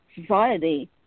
society